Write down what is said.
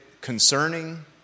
concerning